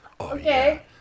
Okay